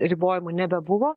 ribojimų nebebuvo